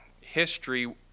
history